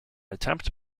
attempt